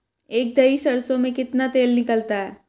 एक दही सरसों में कितना तेल निकलता है?